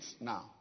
Now